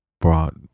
brought